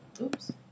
Oops